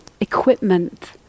equipment